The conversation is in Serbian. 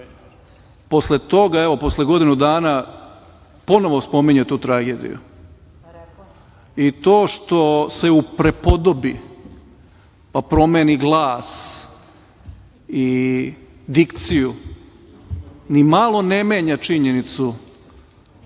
posle toga, evo, posle godinu dana ponovo spominje tu tragediju. I, to što se uprepodobi, pa promeni glas i dikciju, nimalo ne menja činjenicu